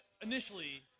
initially